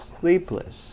sleepless